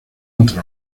otros